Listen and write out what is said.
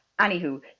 anywho